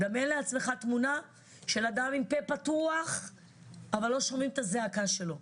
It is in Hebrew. דמיין לעצמך תמונה של אדם עם פה פתוח אבל לא שומעים את הזעקה שלו.